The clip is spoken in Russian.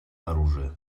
оружие